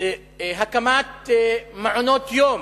הקמת מעונות-יום,